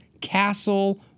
Castle